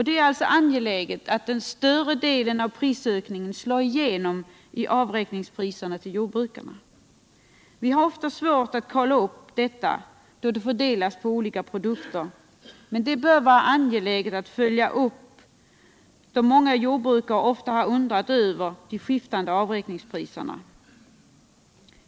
Det är alltså angeläget att en större del av prisökningarna slår igenom i avräkningspriserna till jordbrukarna. Vi har ofta svårt att kolla upp detta, då det fördelas på olika produkter. Det bör vara angeläget att kunna följa upp saken, då många jordbrukare ofta undrat över de skiftande avräkningspriserna.